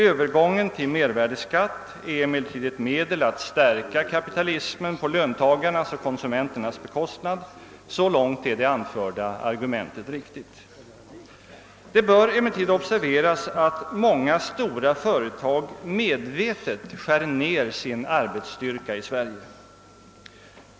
Övergången till mervärdeskatt är emellertid ett medel till att stärka kapitalismen på löntagarnas och konsumenternas bekostnad. Så långt är det anförda argumentet riktigt. Det bör emellertid observeras att många stora företag medvetet skär ned sin arbetsstyrka i Sverige.